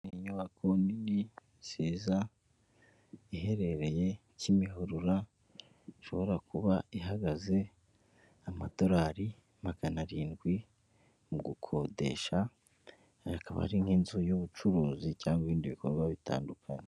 Inyubako nini nziza, iherereye Kimihurura, ishobora kuba ihagaze amadorari magana arindwi mu gukodesha, akabari nk'inzu y'ubucuruzi cyangwa ibindi bikorwa bitandukanye.